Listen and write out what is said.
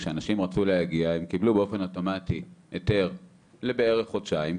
כשאנשים רצו להגיע הם קיבלו באופן אוטומטי היתר לבערך חודשיים,